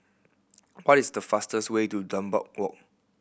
what is the fastest way to Dunbar Walk